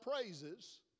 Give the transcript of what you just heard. praises